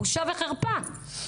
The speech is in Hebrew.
בושה וחרפה.